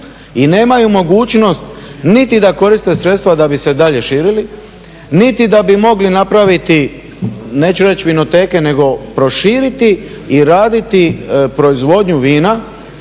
i nemaju mogućnost niti da koriste sredstva da bi se dalje širili, niti da bi mogli napraviti neću reći vinoteke nego proširiti i raditi proizvodnju vina,